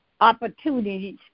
opportunities